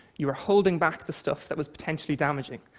you were holding back the stuff that was potentially damaging.